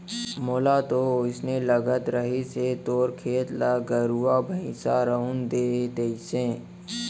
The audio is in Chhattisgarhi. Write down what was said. मोला तो वोसने लगत रहिस हे तोर खेत ल गरुवा भइंसा रउंद दे तइसे